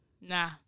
Nah